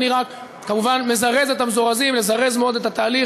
אני רק כמובן מזרז את המזורזים לזרז מאוד את התהליך.